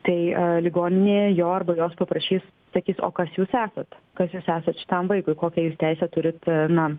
tai ligoninėje jo arba jos paprašys sakys o kas jūs esat kas jūs esat šitam vaikui kokią jūs teisę turit na